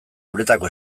uretako